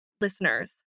listeners